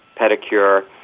pedicure